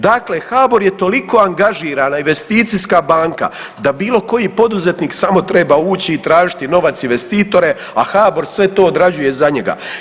Dakle HBOR je toliko angažirana investicijska banka da bilo koji poduzetnik samo treba ući i tražiti novac i investitore, a HBOR sve to odrađuje za njega.